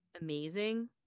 amazing